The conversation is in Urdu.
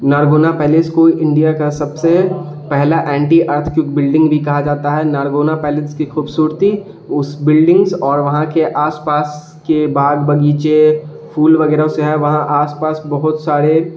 نارگونا پیلیس کو انڈیا کا سب سے پہلا اینٹی ارتھ کیوک بلڈنگ بھی کہا جاتا ہے نارگونا پیلنس کی خوبصورتی اس بلڈنگس اور وہاں کے آس پاس کے باغ باغیچے پھول وغیرہ سے ہے وہاں آس پاس بہت سارے